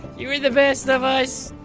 you were the best of us!